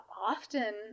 Often